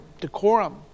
decorum